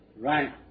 Right